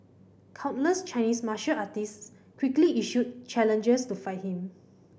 countless Chinese martial artists quickly issued challenges to fight him